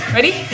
Ready